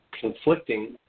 conflicting